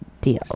deal